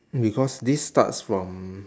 because this starts from